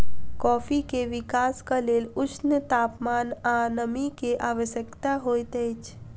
coffee के विकासक लेल ऊष्ण तापमान आ नमी के आवश्यकता होइत अछि